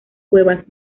cuevas